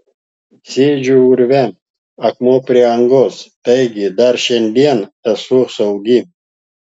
sėdžiu urve akmuo prie angos taigi dar šiandien esu saugi